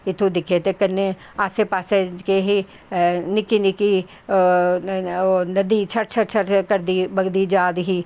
इत्थूं दिक्खेआ ते कन्नैं आस्सै पास्सै केह् हा निक्की निकी नदी छर छर करदी बगदी जा करदी ही